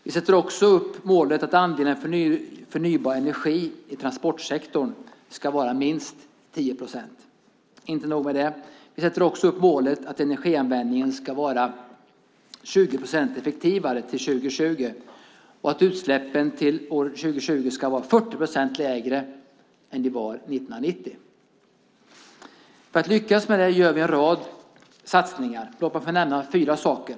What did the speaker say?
Vi sätter också upp målet att andelen förnybar energi i transportsektorn ska vara minst 10 procent. Inte nog med det, vi sätter också upp målet att energianvändningen ska vara 20 procent effektivare till 2020 och att utsläppen till år 2020 ska vara 40 procent lägre än de var 1990. För att lyckas med detta gör vi en rad satsningar. Jag ska nämna fyra saker.